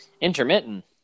Intermittent